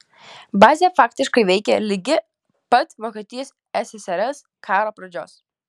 bazė faktiškai veikė ligi pat vokietijos ssrs karo pradžios